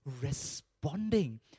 responding